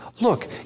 look